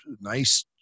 nice